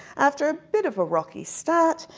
after a bit of a rocky start,